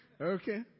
Okay